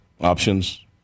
options